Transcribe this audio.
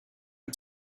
are